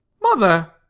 mother!